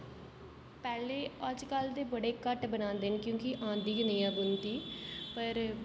पैह्लें अज्जकल ते बडे़ घट्ट बनांदे न क्योंकि आंदी गै नेईं ऐ बुनती पर